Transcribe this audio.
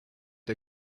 der